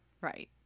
Right